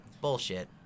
bullshit